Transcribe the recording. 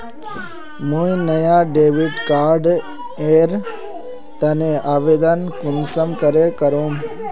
मुई नया debit card एर तने आवेदन कुंसम करे करूम?